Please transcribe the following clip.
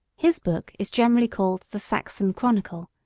his book is generally called the saxon chronicle,